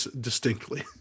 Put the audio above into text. distinctly